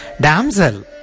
damsel